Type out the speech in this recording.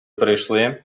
прийшли